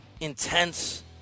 intense